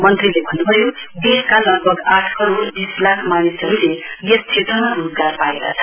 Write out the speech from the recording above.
मन्त्रीले भन्नभयो देशका लगभग आठ करोड बीस लाख मानिसहरूले यस क्षेत्रमा रोजगार पाएका छन्